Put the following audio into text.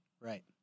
Right